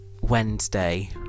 Wednesday